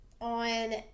On